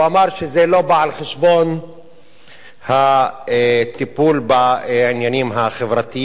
הוא אמר שזה לא בא על חשבון הטיפול בעניינים החברתיים,